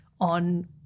on